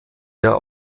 der